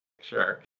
Sure